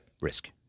risk